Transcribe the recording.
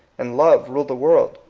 and love rule the world,